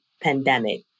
pandemic